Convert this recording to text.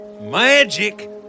Magic